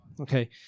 Okay